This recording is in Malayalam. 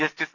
ജസ്റ്റിസ്